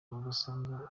ugasanga